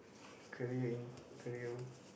a career in career